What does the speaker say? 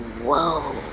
whoa